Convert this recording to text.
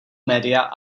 média